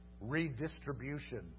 Redistribution